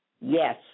Yes